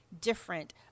different